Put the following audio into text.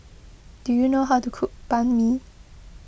do you know how to cook Banh Mi